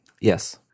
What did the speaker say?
yes